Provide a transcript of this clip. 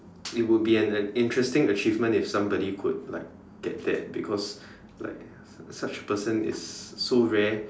it would be an an interesting achievement if somebody could like get that because like such a person is so rare